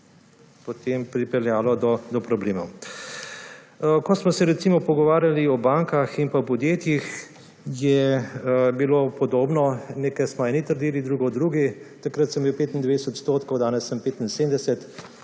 potem pripeljalo do problemov. Ko smo se recimo pogovarjali o bankah in podjetjih, je bilo podobno. Nekaj smo eni trdili, drugo drugi, takrat sem bil 25 %, danes sem 75